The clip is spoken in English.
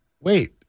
wait